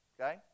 okay